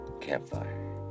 campfire